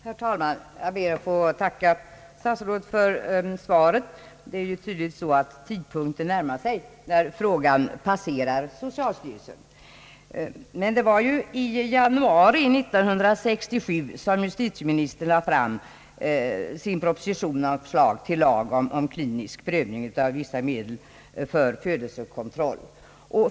Herr talman! Jag ber att få tacka statsrådet för svaret. Det är tydligen så, att den tidpunkt närmar sig då denna fråga passerat socialstyrelsen. Men det var ju i januari 1967 som justitieministern lade fram sin proposition med förslag till lag om klinisk prövning av vissa medel för födelsekontroll.